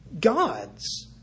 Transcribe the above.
God's